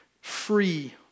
free